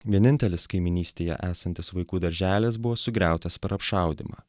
vienintelis kaimynystėje esantis vaikų darželis buvo sugriautas per apšaudymą